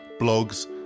blogs